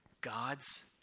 God's